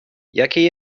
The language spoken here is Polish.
jakie